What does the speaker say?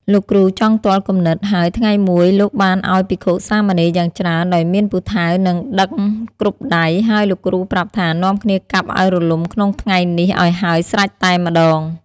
លោកគ្រូចង់ទាល់គំនិត ហើយថ្ងៃមួយ លោកបានឲ្យភិក្ខុ-សាមណេរយ៉ាងច្រើន ដោយមានពូថៅ និងដឹងគ្រប់ដៃ ហើយលោកប្រាប់ថា នាំគ្នាកាប់ឲ្យរលំក្នុងថ្ងៃនេះឲ្យហើយស្រេចតែម្តង ។